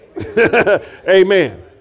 Amen